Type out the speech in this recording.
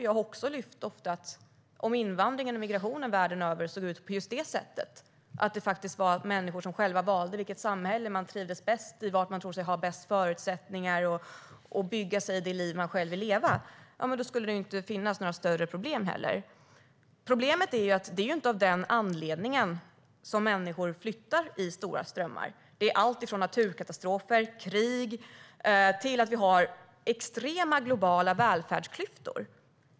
Jag har ofta lyft fram att det inte skulle finnas några större problem om invandringen och migrationen världen över såg ut på det sättet att det var människor som själva valde vilket samhälle de trivs bäst i och var de tror sig ha bäst förutsättningar att bygga sig det liv de själva vill leva. Problemet är att det inte är av den anledningen som människor flyttar i stora strömmar. Det är alltifrån naturkatastrofer och krig till att vi har extrema globala välfärdsklyftor.